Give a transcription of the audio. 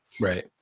Right